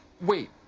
Wait